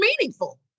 meaningful